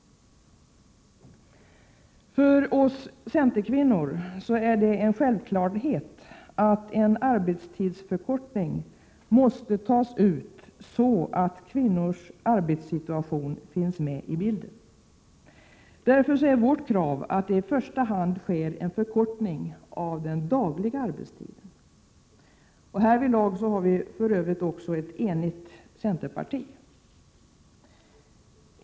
För oss centerkvinnor är det en självklarhet att kvinnors arbetssituation måste finnas med i bilden då arbetstiden förkortas. Därför är vårt krav i första hand en förkortning av den dagliga arbetstiden. Härvidlag är vi för övrigt också ett enigt centerparti.